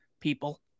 people